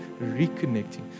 reconnecting